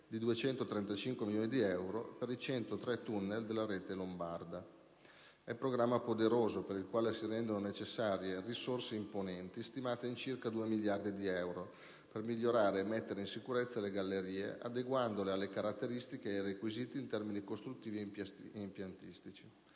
di 235 milioni di euro, per i 103 tunnel della rete lombarda. È un programma ponderoso, per il quale si rendono necessarie risorse imponenti, stimate in circa due miliardi di euro, per migliorare e mettere in sicurezza le gallerie, adeguandole alle caratteristiche ed ai requisiti, in termini costruttivi e impiantistici,